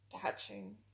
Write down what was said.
touching